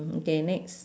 mm K next